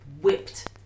whipped